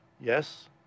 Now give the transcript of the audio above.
yes